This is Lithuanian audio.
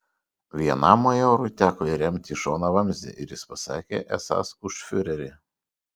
vienam majorui teko įremti į šoną vamzdį ir jis pasakė esąs už fiurerį